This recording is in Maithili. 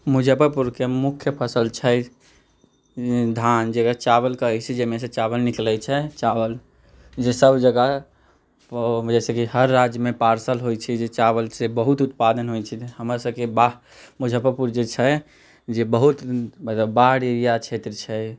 मुजफ्फरपुरके मुख्य फसल छै धान जेकरा चावल कहैत छै जाहिमे से चावल निकलैत छै चावल जे सभ जगह जइसे कि हर राज्यमे पार्सल होइत छै जे चावल से बहुत उत्पादन होइत छै हमर सभकेँ बाह मुजफ्फरपुर जे छै जे बहुत मतलब बाढ़ एरिया क्षेत्र छै